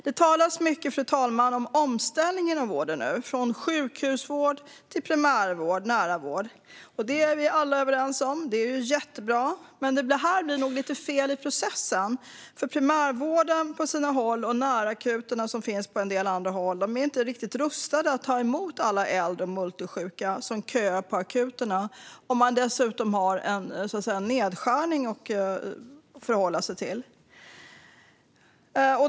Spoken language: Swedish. Det talas nu mycket, fru talman, om omställning inom vården - från sjukhusvård till primärvård, nära vård. Detta är vi alla överens om; det är jättebra. Men här blir det nog lite fel i processen. Primärvården och närakuterna är på sina håll inte riktigt rustade att ta emot alla äldre och multisjuka som köar på akuterna. Nu har man dessutom en nedskärning att förhålla sig till.